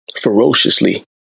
ferociously